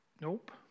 Nope